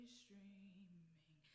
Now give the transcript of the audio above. streaming